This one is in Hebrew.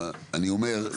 אני אומר,